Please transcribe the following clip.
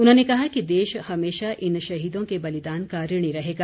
उन्होंने कहा कि देश हमेशा इन शहीदों के बलिदान का ऋणी रहेगा